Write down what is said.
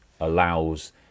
allows